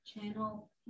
channel